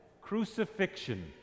crucifixion